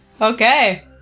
Okay